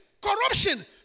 corruption